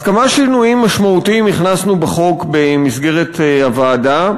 אז כמה שינויים משמעותיים הכנסנו בחוק במסגרת הוועדה,